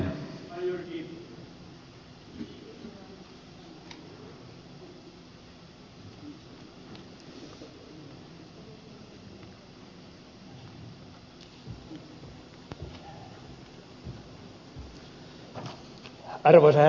arvoisa herra puhemies